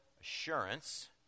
assurance